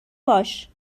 باش